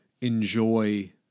enjoy